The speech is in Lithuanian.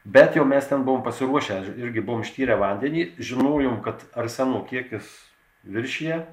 bet jau mes ten buvom pasiruošę irgi buvome ištyrę vandenį žinojom kad arseno kiekis viršija